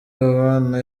babana